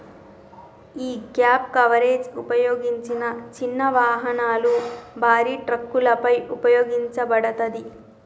యీ gap coverage ఉపయోగించిన చిన్న వాహనాలు, భారీ ట్రక్కులపై ఉపయోగించబడతాది